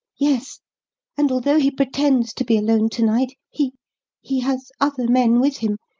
yes and, although he pretends to be alone to-night, he he has other men with him,